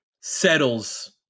settles